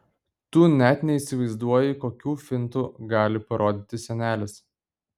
tu net neįsivaizduoji kokių fintų gali parodyti senelis